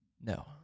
No